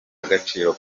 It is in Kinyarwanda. agaciro